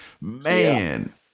man